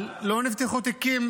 אבל לא נפתחו תיקים